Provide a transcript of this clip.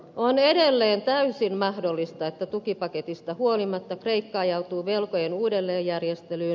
on edelleen täysin mahdollista että tukipaketista huolimatta kreikka ajautuu velkojen uudelleenjärjestelyyn